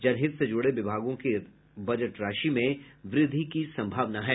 जनहित से जुड़े विभागों की बजट राशि में वृद्धि की सम्भावना है